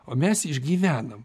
o mes išgyvenam